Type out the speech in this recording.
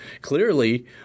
Clearly